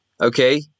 Okay